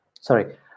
Sorry